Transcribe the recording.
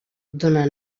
dóna